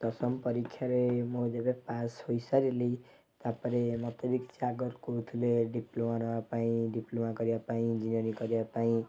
ଦଶମ ପରୀକ୍ଷାରେ ମୁଁ ଯେବେ ପାସ୍ ହୋଇସାରିଲି ତାପରେ ମୋତେ ଦେଖି ସାଗର କହୁଥିଲେ ଡିପ୍ଲୋମା ନେବାପାଇଁ ଡିପ୍ଲୋମା କରିବାପାଇଁ କରିବାପାଇଁ